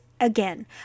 again